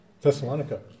Thessalonica